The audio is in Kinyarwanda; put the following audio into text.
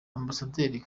ambasaderi